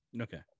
Okay